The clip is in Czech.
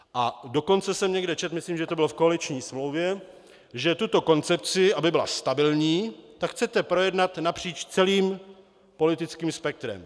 A dokonce jsem někde četl, myslím, že to bylo v koaliční smlouvě, že tuto koncepci, aby byla stabilní, chcete projednat napříč celým politickým spektrem.